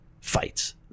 fights